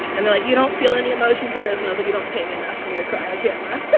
and they're like, you don't feel any emotion to this? and i was like, you don't pay me enough for me to cry on camera.